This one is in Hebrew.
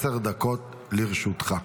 עשר דקות לרשותך.